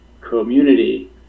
community